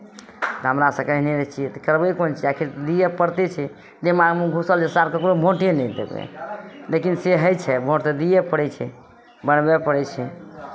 तऽ हमरा सभके अहिने रहै छियै करबै कोन चीज आखिर दिअ पड़िते छै दिमाग घुसल जे सार ककरो भोटे नहि देबै लेकिन से होइ छै भोट तऽ दियए पड़ै छै बनबय पड़ै छै